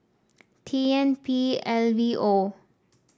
T N P L V O